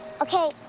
okay